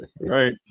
Right